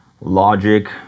Logic